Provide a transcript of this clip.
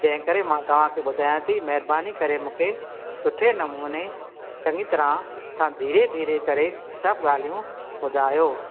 जंहिं करे मां तव्हांखे ॿुधायां थी महिरबानी करे मूंखे सुठे नमूने चङी तरह सां धीरे धीरे करे सभु ॻाल्हियूं ॿुधायो